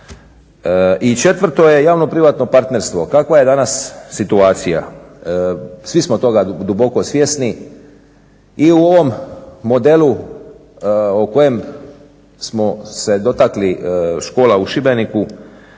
I četvrto je javno privatno partnerstvo. Kakva je danas situacija? Svi smo toga duboko svjesni i u ovom modelu o kojem smo se dotakli škola u Šibeniku